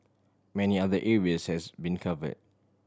many other areas has been cover